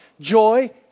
joy